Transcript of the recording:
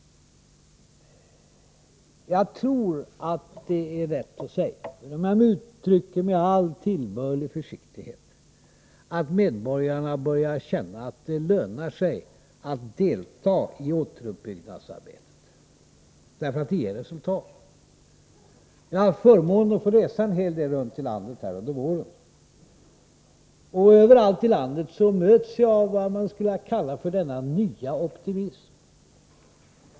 Jag tror att det är rätt att säga — om jag nu uttrycker mig med all tillbörlig försiktighet — att medborgarna börjar känna att det lönar sig att delta i återuppbyggnadsarbetet. Det ger resultat. Jag har haft förmånen att få resa runt en hel del i landet under våren, och överallt i landet har jag mötts av denna nya optimism.